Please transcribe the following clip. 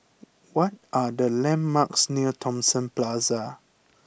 what are the landmarks near Thomson Plaza